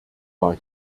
war